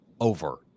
over